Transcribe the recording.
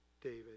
David